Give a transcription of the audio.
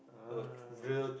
ah